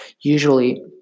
Usually